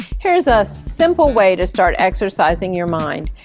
here's a simple way to start exercising your mind!